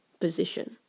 position